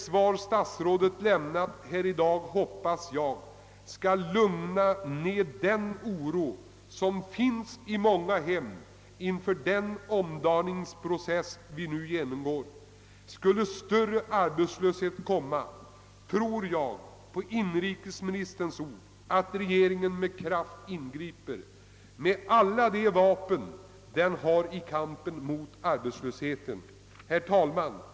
Jag hoppas emellertid att statsrådets svar skall stilla den oro som i många hem råder inför den omdaningsprocess vi nu genomgår. Jag tror på inrikesministerns ord att om arbetslösheten blir större, så kommer regeringen med kraft att ingripa med alla de vapen den har i kampen mot arbetslösheten. Herr talman!